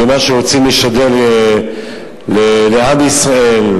במה שרוצים לשדר לעם ישראל,